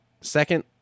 second